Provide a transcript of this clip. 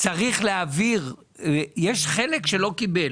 יש חלק שלא קיבל